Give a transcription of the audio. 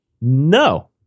No